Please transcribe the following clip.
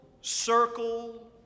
circle